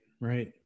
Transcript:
right